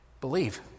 believe